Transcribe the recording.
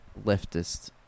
Leftist